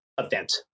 event